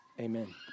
Amen